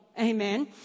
Amen